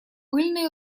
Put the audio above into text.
пыльной